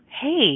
hey